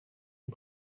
est